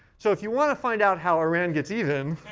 so if you want to find out how iran gets even,